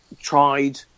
tried